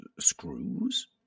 Screws